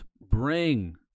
bring